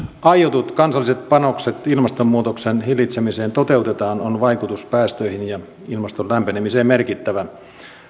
aiotut kansalliset panokset ilmastonmuutoksen hillitsemiseen toteutetaan on vaikutus päästöihin ja ilmaston lämpenemiseen merkittävä